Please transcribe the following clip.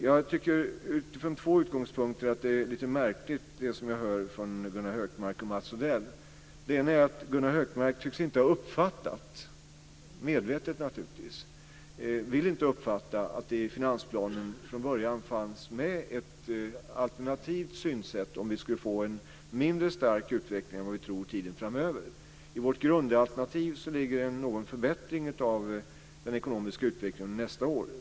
Jag tycker att det som jag hör från Gunnar Hökmark och Mats Odell är lite märkligt utifrån två utgångspunkter. Det ena är att Gunnar Hökmark inte tycks ha uppfattat - och det är naturligtvis medvetet - att det från början fanns med ett alternativt synsätt i finansplanen om vi kommer att få en mindre stark utveckling framöver än vad vi tror. I vårt grundalternativ ligger det någon förbättring av den ekonomiska utvecklingen nästa år.